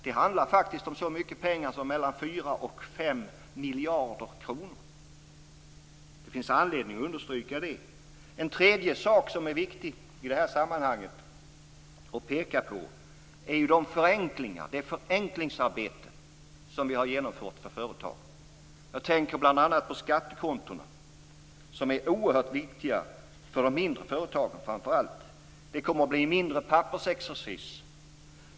Det handlar faktiskt om så mycket pengar som 4-5 miljarder kronor. Det finns anledning att understryka det. En tredje sak som är viktig att peka på i sammanhanget är det förenklingsarbete som har genomförts för företagen. Jag tänker bl.a. på skattekontona. De är oerhört viktiga för framför allt de mindre företagen. Det kommer att bli mindre pappersexercis.